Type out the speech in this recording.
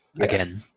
again